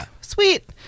Sweet